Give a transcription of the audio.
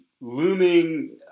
looming